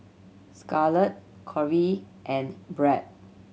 Scarlet Corey and Brad